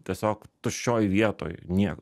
tiesiog tuščioj vietoj niek